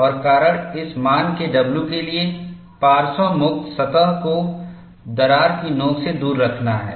और कारण इस मान के w के लिए पार्श्व मुक्त सतह को दरार की नोक से दूर रखना है